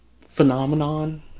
Phenomenon